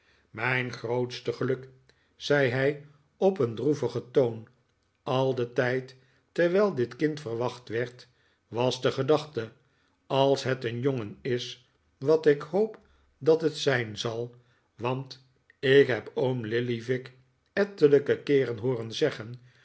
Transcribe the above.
mijn grootste geluk zei hij op een droevigen toon al den tijd terwijl dit kind verwacht werd was de gedachte als het een jongen is wat ik hoop dat het zijn zal want ik heb oom lillyvick ettelijke keeren hooren zeggen